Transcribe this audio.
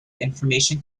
information